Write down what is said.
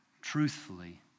truthfully